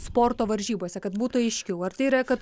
sporto varžybose kad būtų aiškiau ar tai yra kad